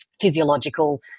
physiological